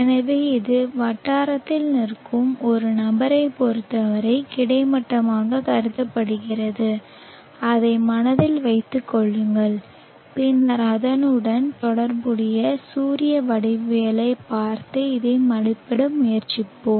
எனவே இது வட்டாரத்தில் நிற்கும் ஒரு நபரைப் பொறுத்தவரை கிடைமட்டமாகக் கருதப்படுகிறது அதை மனதில் வைத்துக் கொள்ளுங்கள் பின்னர் அதனுடன் தொடர்புடைய சூரிய வடிவவியலைப் பார்த்து இதை மதிப்பிட முயற்சிப்போம்